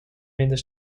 minder